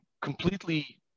completely